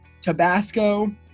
Tabasco